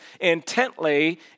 intently